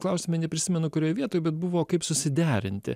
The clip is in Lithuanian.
klausiame neprisimenu kurioje vietoj bet buvo kaip susiderinti